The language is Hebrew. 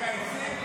מגייסים?